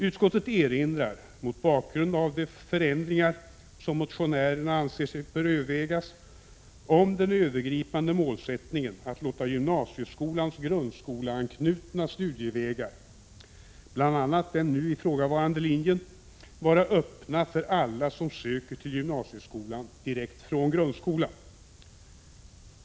Utskottet erinrar, mot bakgrund av de förändringar som motionärerna anser bör övervägas, om den övergripande målsättningen att låta gymnasieskolans grundskoleanknutna studievägar, bl.a. den nu ifrågavarande linjen, vara öppna för alla som söker till gymnasieskolan direkt från grundskolan.